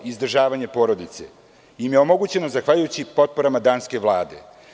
Izdržavanje porodice im je omogućeno zahvaljujući potporama danske vlade.